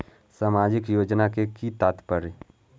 सामाजिक योजना के कि तात्पर्य?